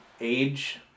age